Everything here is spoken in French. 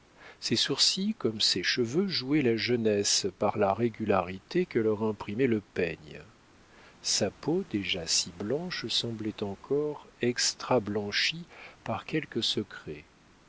ses sourcils comme ses cheveux jouaient la jeunesse par la régularité que leur imprimait le peigne sa peau déjà si blanche semblait encore extrablanchie par quelque secret